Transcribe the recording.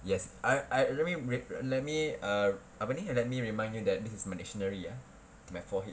yes I I let me re~ let me err apa ni let me remind you that this is my dicionary ya my forehead